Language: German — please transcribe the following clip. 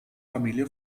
familie